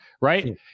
Right